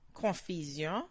Confusion